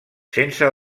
sense